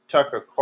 Tucker